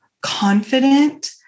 confident